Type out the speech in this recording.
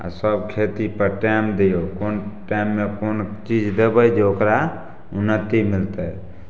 आओर सब खेतीपर टाइम दिऔ कोन टाइममे कोन चीज देबै जे ओकरा उन्नति मिलतै